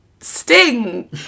Sting